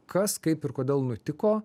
kas kaip ir kodėl nutiko